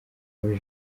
muri